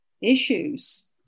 issues